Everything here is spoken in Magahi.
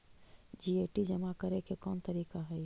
जी.एस.टी जमा करे के कौन तरीका हई